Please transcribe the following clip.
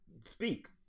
speak